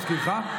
להזכירך,